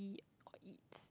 or eat